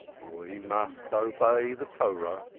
we must obey the torah,